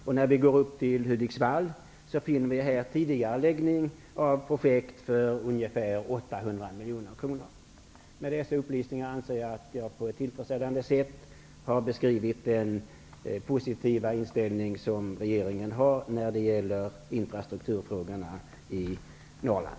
Går vi upp till Hudiksvall finner vi en tidigare utläggning av projekt för ungefär 800 miljoner kronor. Med dessa upplysningar anser jag att jag på ett tillfredsställande sätt har beskrivit den positiva inställning som regeringen har till infrastrukturfrågorna i Norrland.